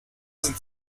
sind